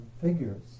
figures